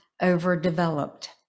overdeveloped